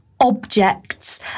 objects